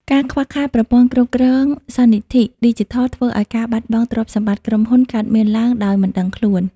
ការខ្វះខាតប្រព័ន្ធគ្រប់គ្រងសន្និធិ ឌីជីថល ធ្វើឱ្យការបាត់បង់ទ្រព្យសម្បត្តិក្រុមហ៊ុនកើតមានឡើងដោយមិនដឹងខ្លួន។